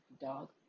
dog